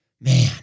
Man